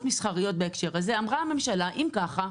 מסחריות עם כל פלטפורמה בהקשר הזה - אמרה הממשלה שאם כך,